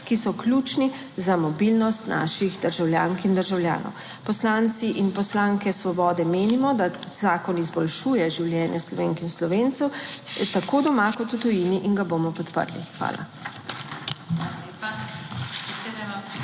ki so ključni za mobilnost naših državljank in državljanov. Poslanci in poslanke Svobode menimo, da ta zakon izboljšuje življenje Slovenk in Slovencev tako doma kot v tujini in ga bomo podprli. Hvala.